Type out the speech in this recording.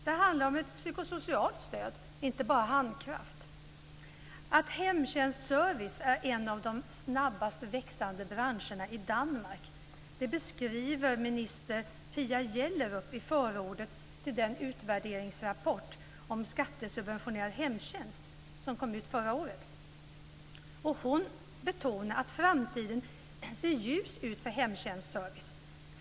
Det handlar om ett psykosocialt stöd och inte bara om handkraft. Att hemtjänstservice är en av de snabbast växande branscherna i Danmark beskriver minister Pia Gjellerup i förordet till den utvärderingsrapport om skattesubventionerad hemtjänst som kom ut förra året. Hon betonar att framtiden ser ljus ut för hemtjänstservice.